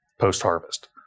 post-harvest